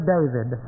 David